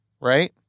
right